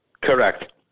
Correct